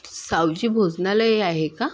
सावजी भोजनालय आहे का